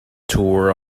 tour